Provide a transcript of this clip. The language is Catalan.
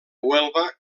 huelva